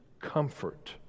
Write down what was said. comfort